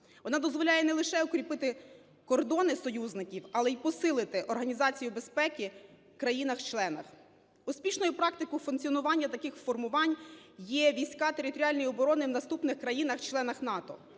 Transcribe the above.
Вона дозволяє не лише укріпити кордони союзників, але й посилити організацію безпеки в країнах-членах. Успішною практикою функціонування таких формувань є війська територіальної оборони в наступних країнах-членах НАТО: